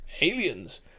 Aliens